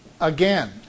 again